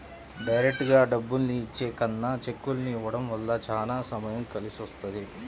డైరెక్టుగా డబ్బుల్ని ఇచ్చే కన్నా చెక్కుల్ని ఇవ్వడం వల్ల చానా సమయం కలిసొస్తది